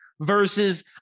versus